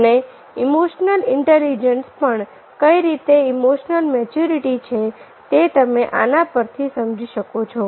અને emotional intelligence પણ કઈ રીતે ઈમોશનલ મેચ્યોરિટી છે તે તમે આના પરથી સમજી શકો છો